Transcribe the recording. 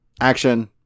action